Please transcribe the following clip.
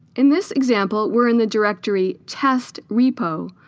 in this example we're in the directory test repo.